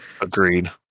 Agreed